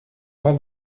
pas